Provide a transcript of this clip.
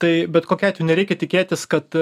tai bet kokia nereikia tikėtis kad